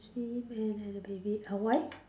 three men and a baby ah why